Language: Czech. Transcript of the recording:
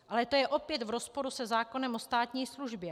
Ale to je opět v rozporu se zákonem o státní službě.